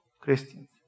Christians